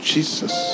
Jesus